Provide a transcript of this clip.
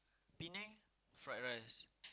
Penang fried rice